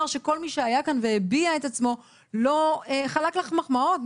שכל מי שהיה כאן והביע את עצמו לא חלק לך מחמאות,